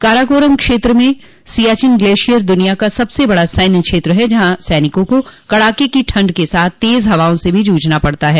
काराकोरम क्षेत्र में सियाचिन ग्लेंशियर दुनिया का सबसे बड़ा सैन्य क्षेत्र है जहां सैनिकों को कड़ाके की ठंड के साथ तेज हवाओं से भी जूझना पड़ता है